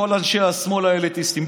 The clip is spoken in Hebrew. לכל אנשי השמאל האליטיסטים.